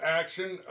action